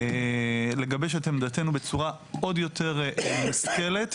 לגבש את עמדתנו בצורה עוד יותר מושכלת,